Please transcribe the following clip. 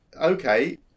Okay